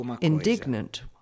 indignant